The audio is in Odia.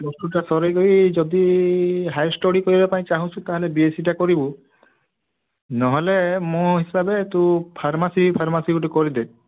ପ୍ଲସ୍ ଟୁ ଟା ସରେଇକରି ଯଦି ହାଇ ଷ୍ଟଡି କରିବାପାଇଁ ଚାହୁଁଛୁ ତାହେଲେ ବିଏସ୍ସି ଟା କରିବୁ ନହେଲେ ମୋ ହିସାବରେ ତୁ ଫାର୍ମାସୀ ଫାର୍ମାସୀ ଗୋଟେ କରିଦେ